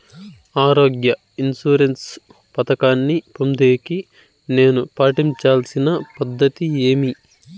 ఆరోగ్య ఇన్సూరెన్సు పథకాన్ని పొందేకి నేను పాటించాల్సిన పద్ధతి ఏమి?